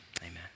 amen